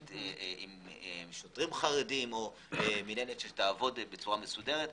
עם שוטרים חרדים או מינהלת שתעבוד בצורה מסודרת.